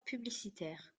publicitaire